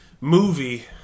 movie